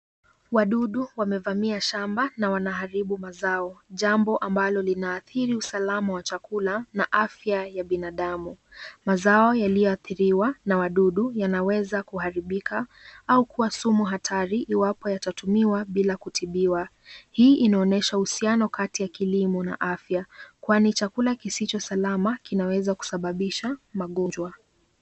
Wadudu wamevamia shamba na wanaharibu mazao. Jambo ambalo linaathiri usalama wa chakula na afya ya binadamu. Mazao yaliyoathiriwa na wadudu yanaweza kuharibika, au kuwasumu hatari iwapo yatatumiwa bila kutibiwa. Hii inaonyesha uhusiano kati ya kilimo na afya. Kwani chakula kisicho salama kinaweza kusababisha magonjwa.